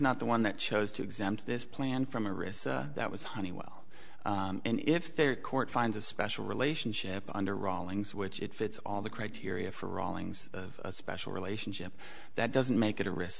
not the one that chose to exempt this plan from a risk that was honeywell and if their court finds a special relationship under rawlings which it fits all the criteria for rawlings of a special relationship that doesn't make it a risk